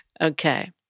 Okay